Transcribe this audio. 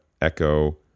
Echo